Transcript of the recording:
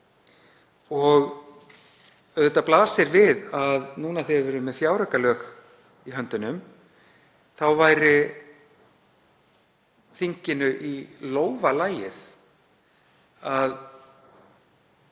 Og auðvitað blasir við að núna þegar við erum með fjáraukalög í höndunum væri þinginu í lófa lagið að